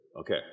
Okay